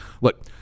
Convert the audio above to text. look